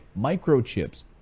microchips